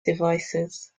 devices